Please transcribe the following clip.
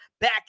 back